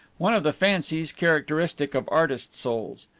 one of the fancies characteristic of artist souls.